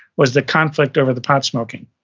was the conflict over the pot-smoking.